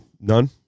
None